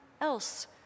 else